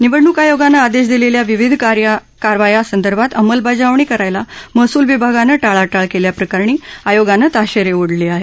निवडणूक आयोगानं आदेश दिलेल्या विविध कारावायासंदर्भात अंमलबजावणी करायला महसूल विभागानं टाळाटाळ केल्याप्रकरणी आयोगानं ताशेरे ओढले आहेत